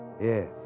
Yes